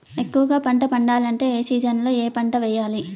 ఎక్కువగా పంట పండాలంటే ఏ సీజన్లలో ఏ పంట వేయాలి